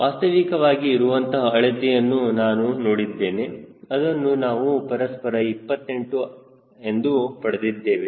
ವಾಸ್ತವಿಕವಾಗಿ ಇರುವಂತಹ ಅಳತೆಯನ್ನು ನಾನು ನೋಡಿದ್ದೇನೆ ಅದನ್ನು ನಾವು ಸರಿಸುಮಾರು 28 ಎಂದು ಪಡೆದಿದ್ದೇವೆ